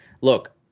look